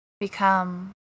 Become